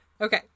Okay